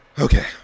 okay